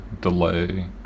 delay